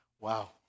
Wow